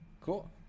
Cool